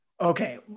Okay